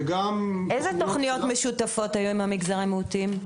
וגם תוכניות שלנו --- איזה תוכניות משותפות היו עם מגזר המיעוטים?